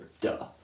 Duh